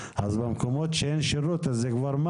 אז במקומות שאין שירות אז זה מס.